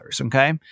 okay